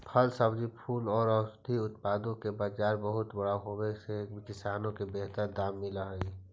फल, सब्जी, फूल और औषधीय उत्पादों का बाजार बहुत बड़ा होवे से किसानों को बेहतर दाम मिल हई